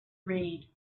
read